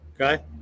okay